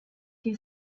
die